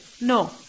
No